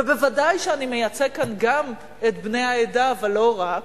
ודאי שאני מייצג כאן גם את בני העדה, אבל לא רק.